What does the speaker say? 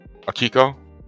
Akiko